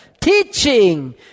teaching